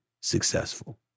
successful